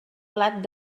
blat